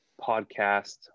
podcast